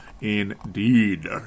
Indeed